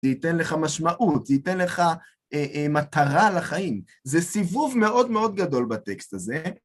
תיתן לך משמעות, תיתן לך מטרה לחיים, זה סיבוב מאוד מאוד גדול בטקסט הזה.